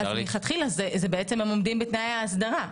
מלכתחילה הם עומדים בתנאי האסדרה.